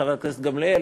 חברת הכנסת גמליאל,